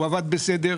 הוא עבד בסדר,